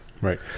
Right